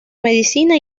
medicina